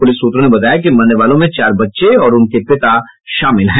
police सूत्रों ने बताया कि मरने वालों में चार बच्चे और उनके पिता शामिल हैं